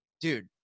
dude